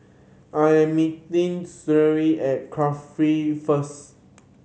I am meeting Sherry at Cardifi first